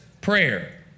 Prayer